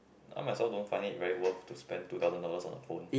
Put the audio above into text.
I myself don't find it very worth to spend two thousand dollars on a phone